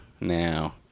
now